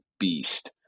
beast